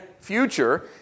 future